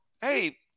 hey